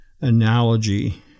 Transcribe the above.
analogy